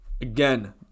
Again